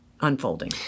unfolding